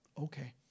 Okay